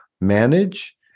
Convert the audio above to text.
manage